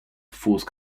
force